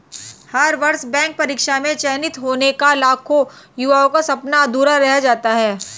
हर वर्ष बैंक परीक्षा में चयनित होने का लाखों युवाओं का सपना अधूरा रह जाता है